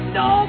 no